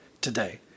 today